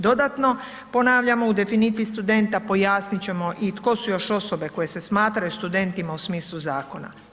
Dodatno, ponavljamo u definiciji studenta pojasnit ćemo i tko su još osobe koje se smatraju studentima u smislu zakona.